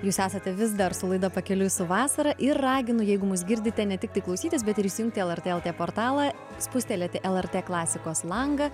jūs esate vis dar su laida pakeliui su vasara ir raginu jeigu mus girdite ne tik tai klausytis bet ir įsijungti lrt portalą spustelėti lrt klasikos langą